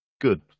good